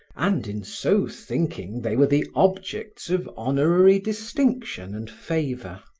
and in so thinking they were the objects of honorary distinction and favor.